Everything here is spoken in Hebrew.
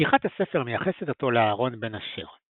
פתיחת הספר מייחסת אותו לאהרון בן אשר.